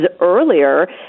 earlier